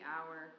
Hour